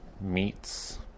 meats